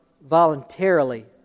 voluntarily